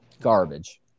garbage